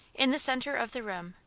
in the centre of the room,